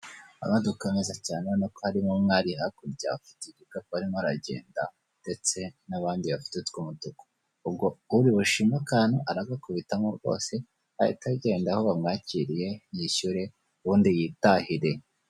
Abandi dukomeza cyane nuko harimo mwari hakurya afite igikapu arimo aragenda ndetse n'abandi bafitetwomotuku bashima akantu arabakubitamo rwose ahita agenda aho bamwakiriye yishyure ubundi yitahire.